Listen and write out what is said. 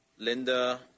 Linda